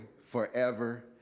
forever